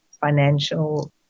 financial